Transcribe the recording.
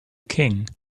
king